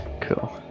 Cool